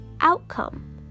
outcome